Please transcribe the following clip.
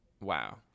wow